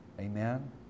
Amen